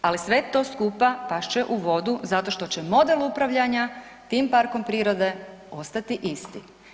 Ali sve to skupa past će u vodu zato što će model upravljanja tim parkom prirode ostati isti.